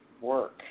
work